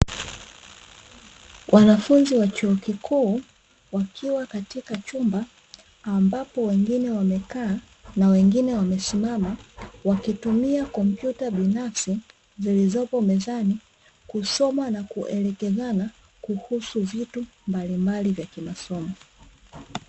Wanafunzi wa chuo kikuu wakiwa katika chumba, ambapo wengine wamekaa na wengine wamesimama, wakitolea macho karatasi zilizopo mezani kusoma na